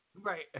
Right